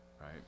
right